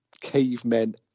cavemen